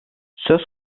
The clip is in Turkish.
söz